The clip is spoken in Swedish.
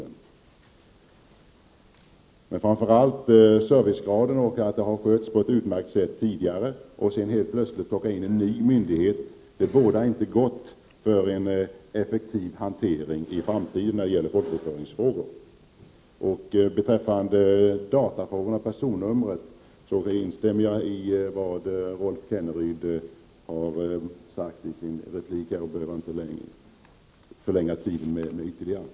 Men det gäller framför allt servicegraden. Detta har skötts på ett utmärkt sätt tidigare. Att man sedan helt plötsligt plockar in en ny myndighet — det bådar inte gott för en effektiv hantering i framtiden när det gäller folkbokföringsfrågor. Beträffande datafrågorna och personnumren instämmer jag i vad Rolf Kenneryd har sagt i sin replik. Jag behöver inte förlänga debatten ytterligare.